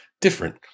different